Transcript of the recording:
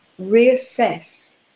reassess